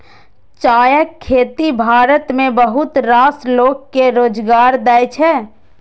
चायक खेती भारत मे बहुत रास लोक कें रोजगार दै छै